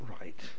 right